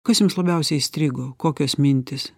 kas jums labiausiai įstrigo kokios mintys